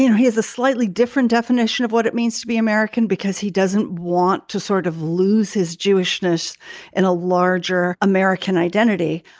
you know he is a slightly different definition of what it means to be american because he doesn't want to sort of lose his jewishness in a larger american identity.